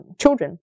children